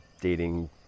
dating